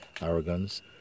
arrogance